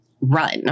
run